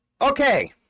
Okay